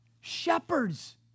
shepherds